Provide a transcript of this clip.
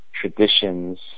traditions